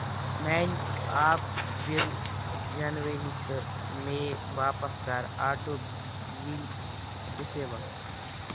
میانہِ آب بِل جنؤری تہٕ مے باپتھ کَر آٹوٗ یِلۍ ڈسایبٕل